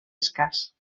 escàs